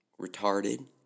retarded